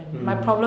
mm